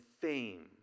fame